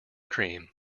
cream